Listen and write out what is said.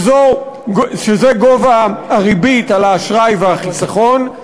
שזה גובה הריבית על האשראי והחיסכון,